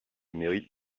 mairie